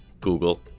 Google